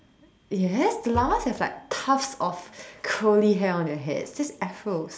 yes llamas have like tons of curly hair on their head that's Afros